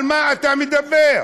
על מה אתה מדבר?